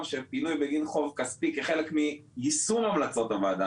שפינוי בגין חוב כספי כחלק מיישום המלצות הוועדה,